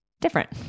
different